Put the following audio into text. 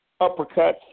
uppercuts